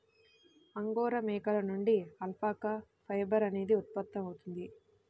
angora మేకల నుండి alpaca fibre అనేది ఉత్పత్తవుతుంది